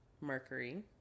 Mercury